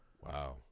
wow